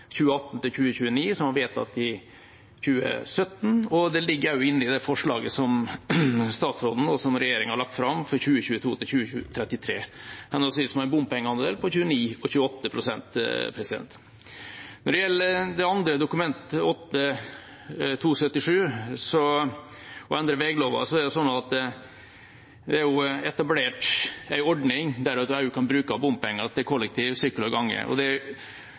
2018 – 2029, som ble vedtatt i 2017, og det ligger også inne i det forslaget som statsråden og regjeringen har lagt fram for 2022 – 2033, med en bompengeandel på henholdsvis 29 og 28 pst. Når det gjelder det andre dokumentet, Dokument 8:277 S, om å endre vegloven, er det etablert en ordning der en kan bruke bompenger til kollektiv, sykkel og gange. Det gjør at vi har et grunnlag, ikke minst for å utvikle byområdene våre, byvekstavtaler og bypakker. Det